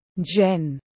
Jen